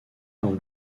dans